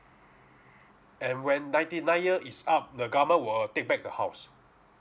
and when ninety nine year is up the government will take back the house